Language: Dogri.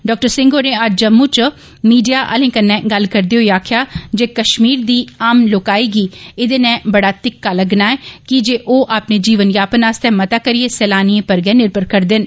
डाक्टर सिंह होरें अज्ज जम्मू च मीडिया आले कन्नै गल्ल करदे होई आक्खेआ जे कष्मीर दी आम लोकाई गी इन्दे नै बड्डा धिक्का लग्गना ऐ की जे अपने जीवनयापन आस्तै मता करियै सैलानिए पर गै निर्भर करदे न